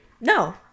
No